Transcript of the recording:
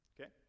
Okay